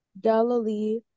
galilee